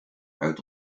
uit